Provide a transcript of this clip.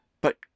But